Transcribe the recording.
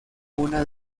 una